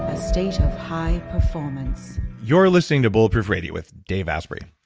ah state of high performance you're listening to bulletproof radio with dave asprey.